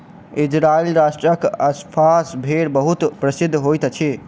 Israel राष्ट्रक अस्साफ़ भेड़ बहुत प्रसिद्ध होइत अछि